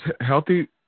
healthy